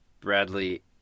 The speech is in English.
Bradley